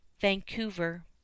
Vancouver